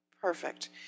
Perfect